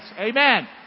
Amen